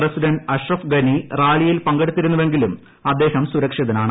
president Ashraf Ghani റാലിയിൽ പങ്കെടുത്തിരുന്നുവെങ്കിലും അദ്ദേഹം സുരക്ഷിതനാണ്